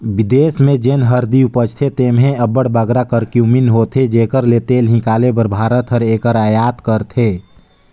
बिदेस में जेन हरदी उपजथे तेम्हें अब्बड़ बगरा करक्यूमिन होथे जेकर तेल हिंकाले बर भारत हर एकर अयात करथे